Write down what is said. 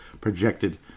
projected